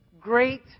great